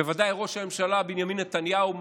בוודאי ראש הממשלה בנימין נתניהו,